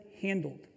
handled